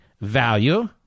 value